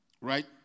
Right